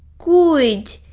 good!